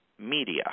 media